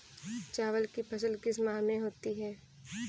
चावल की फसल किस माह में होती है?